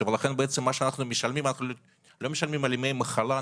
לכן אנחנו לא משלמים על ימי מחלה,